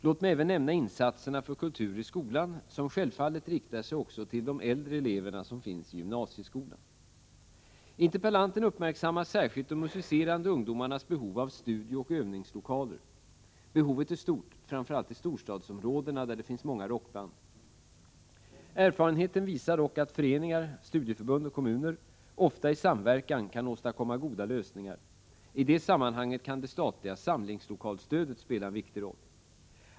Låt mig även nämna insatserna för kultur i skolan, som själfallet riktar sig också till de äldre eleverna som finns i gymnasieskolan. Interpellanten uppmärksammar särskilt de musicerande ungdomarnas behov av studiooch övningslokaler. Behovet är stort, framför allt i storstadsområdena där det finns många rockband. Erfarenheten visar dock att föreningar, studieförbund och kommuner, ofta i samverkan, kan åstadkomma goda lösningar. I det sammanhanget kan det statliga samlingslokalsstödet spela en viktig roll.